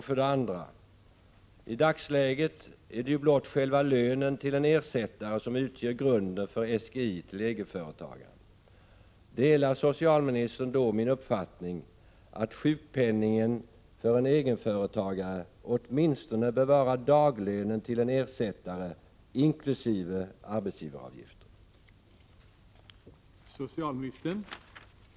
För det andra: I dagsläget är det blott själva lönen till en ersättare som utgör grunden för SGI till egenföretagaren. Delar socialministern då min uppfattning att sjukpenningen för en egenföretagare åtminstone bör utgöra daglönen till en ersättare inkl. arbetsgivaravgifter?